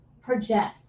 project